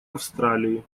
австралии